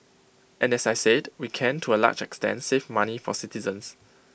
and as I said we came to A large extent save money for citizens